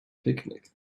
picnic